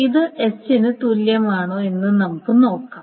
ഇത് S ന് തുല്യമാണോ എന്ന് നമുക്ക് നോക്കാം